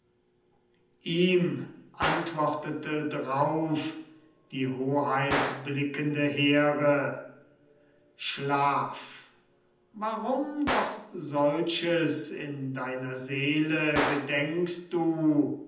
ihm antwortete drauf die hoheitblickende here schlaf warum doch solches in deiner seele gedenkst du